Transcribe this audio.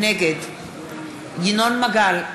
נגד ינון מגל,